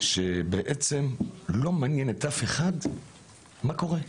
שבעצם לא מעניין את אף אחד מה קורה,